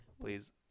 Please